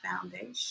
foundation